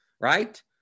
right